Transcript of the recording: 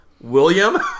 William